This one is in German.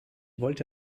wollte